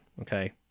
okay